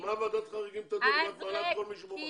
אז בשביל מה צריך ועדת חריגים שתדון אם את מעלה את כל מי שנמצא במחנות?